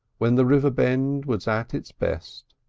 when the river bend was at its best.